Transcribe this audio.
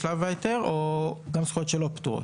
בשלב ההיטל או זכויות שלא פטורות.